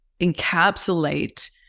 encapsulate